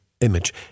image